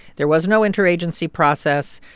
there was no interagency process.